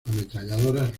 ametralladoras